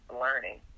learning